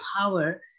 power